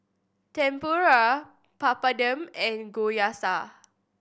Tempura Papadum and Gyoza